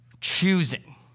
choosing